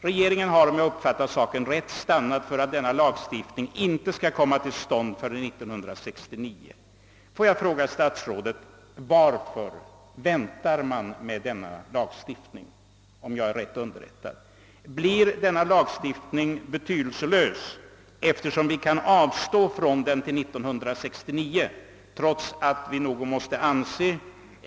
Regeringen har, om jag uppfattat rätt, stannat för att denna lagstiftning icke skall träda i kraft förrän 1969. Får jag fråga statsrådet: Varför väntar man med denna lagstiftning? Blir den betydelselös, eftersom vi kan avstå från den till 1969?